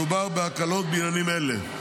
מדובר בהקלות בעניינים אלה: